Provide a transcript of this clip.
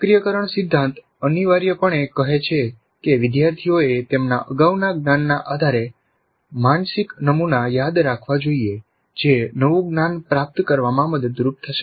સક્રિયકરણ સિદ્ધાંત અનિવાર્યપણે કહે છે કે વિદ્યાર્થીઓએ તેમના અગાઉના જ્ઞાનના આધારે માનસિક નમુના યાદ રાખવા જોઈએ જે નવું જ્ઞાન પ્રાપ્ત કરવામાં મદદરૂપ થશે